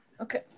okay